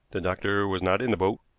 the doctor was not in the boat,